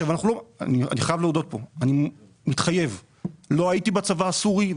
לא הייתי בצבא הסורי,